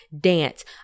dance